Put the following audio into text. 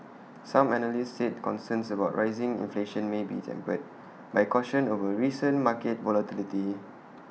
some analysts said concerns about rising inflation may be tempered by caution over recent market volatility